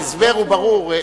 ההסבר הוא ברור.